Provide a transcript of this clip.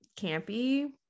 campy